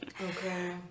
Okay